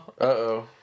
Uh-oh